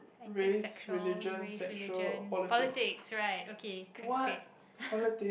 anything sexual race religion politics right okay gr~ great